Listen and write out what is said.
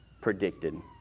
predicted